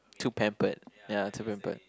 too pampered ya too pampered